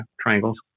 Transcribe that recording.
triangles